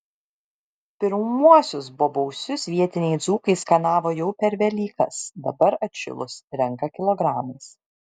pirmuosius bobausius vietiniai dzūkai skanavo jau per velykas dabar atšilus renka kilogramais